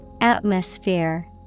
Atmosphere